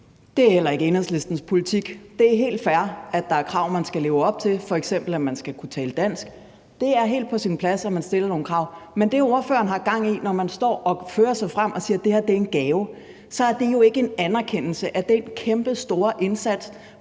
Det er heller ikke Enhedslistens politik. Det er helt fair, at der er krav, man skal leve op til, f.eks. at man skal kunne tale dansk. Det er helt på sin plads, at man stiller nogle krav. Men det, ordføreren har gang i, når han står og fører sig frem og siger, at det her er en gave, er jo ikke en anerkendelse af den kæmpestore indsats,